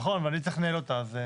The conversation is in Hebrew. נכון, ואני צריך לנהל אותה.